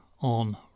on